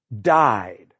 died